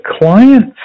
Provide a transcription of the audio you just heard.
clients –